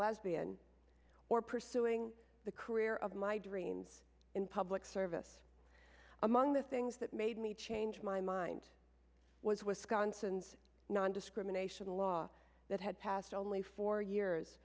lesbian or pursuing the career of my dreams in public service among the things that made me change my mind was wisconsin's nondiscrimination law that had passed only four years